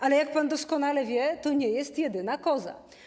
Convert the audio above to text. Ale jak pan doskonale wie, to nie jest jedyna koza.